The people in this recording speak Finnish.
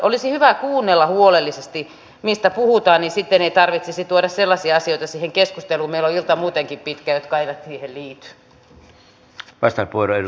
olisi hyvä kuunnella huolellisesti mistä puhutaan niin sitten ei tarvitsisi tuoda sellaisia asioita siihen keskusteluun meillä on ilta muutenkin pitkällä jotka eivät siihen liity